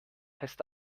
heißt